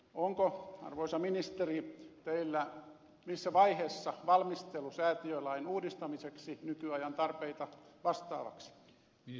onko arvoisa ministeri teillä missä vaiheessa valmistelu säätiölain uudistamiseksi nykyajan tarpeita vastaavaksi